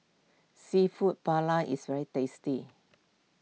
Seafood Paella is very tasty